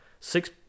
six